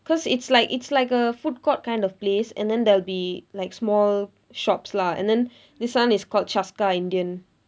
cause it's like it's like a food court kind of place and then there'll be like small shops lah and then this one is called chaskka indian